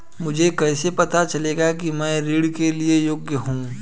मुझे कैसे पता चलेगा कि मैं ऋण के लिए योग्य हूँ?